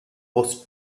was